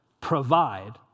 provide